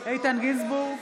איתן גינזבורג,